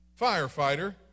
firefighter